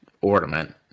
ornament